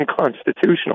unconstitutional